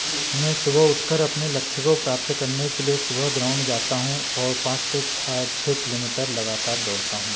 मैं सुबह उठकर अपने लक्ष्य को प्राप्त करने के लिए सुबह ग्राउंड जाता हूँ औ पाँच से छह छ किलोमीटर लगातार दौड़ता हूँ